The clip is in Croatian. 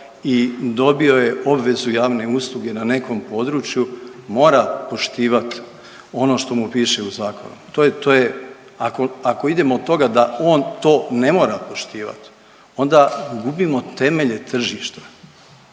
i dobio je obvezu javne usluge na nekom području, mora poštivat ono što mu piše u zakonu, to je, to je, ako, ako idemo od toga da on to ne mora poštivat onda gubimo temelje tržišta,